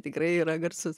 tikrai yra garsus